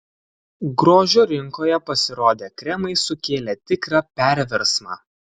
grožio rinkoje pasirodę kremai sukėlė tikrą perversmą